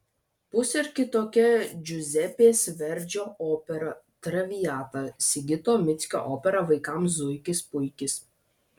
bus ir kitokia džiuzepės verdžio opera traviata sigito mickio opera vaikams zuikis puikis